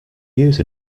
use